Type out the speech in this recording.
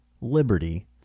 liberty